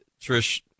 Trish